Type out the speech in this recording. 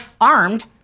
armed